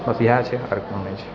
बस इएह छै आओर कोनो नहि छै